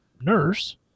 nurse